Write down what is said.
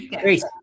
Grace